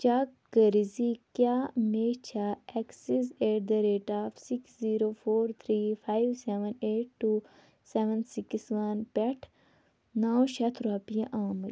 check کٔرۍزِ کیٛاہ مےٚ چھےٚ access at the rate of six zero four three five seven eight two seven six one پٮ۪ٹھ نَو شتھ رۄپیہِ آمٕتۍ